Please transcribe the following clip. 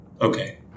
Okay